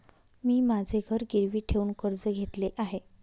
मी माझे घर गिरवी ठेवून कर्ज घेतले आहे